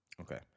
Okay